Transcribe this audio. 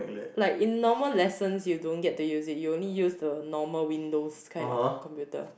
like in normal lessons you don't get to use it you only use the normal windows kind of computer